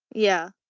yeah,